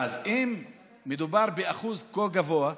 אם מדובר באחוז כה גבוה,